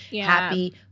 happy